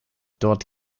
dort